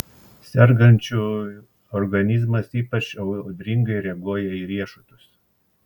sergančiųjų organizmas ypač audringai reaguoja į riešutus